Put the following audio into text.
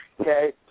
Okay